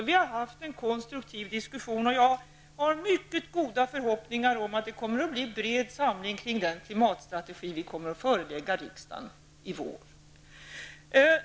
Vi har fört en konstruktiv diskussion, och jag hyser mycket stora förhoppningar om att det blir en bred samling kring den klimatstrategi som vi kommer att förelägga riksdagen i vår.